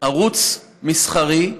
שערוץ מסחרי,